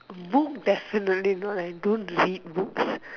book definitely not I don't read books